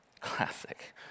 Classic